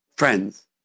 friends